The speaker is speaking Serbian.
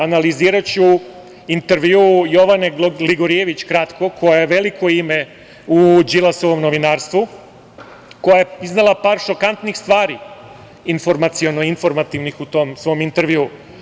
Analiziraću intervju Jovane Gligorijević kratko, koja je veliko ime u Đilasovom novinarstvu, koja je iznela par šokantnih stvari, informaciono-informativnih u tom svom intervjuu.